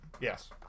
Yes